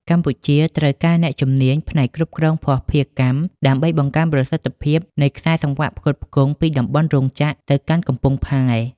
កម្ពុជាត្រូវការអ្នកជំនាញផ្នែកគ្រប់គ្រងភស្តុភារកម្ម ដើម្បីបង្កើនប្រសិទ្ធភាពនៃខ្សែសង្វាក់ផ្គត់ផ្គង់ពីតំបន់រោងចក្រទៅកាន់កំពង់ផែ។